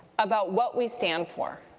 about what we stand for,